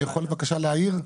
אני יכול בבקשה להעיר?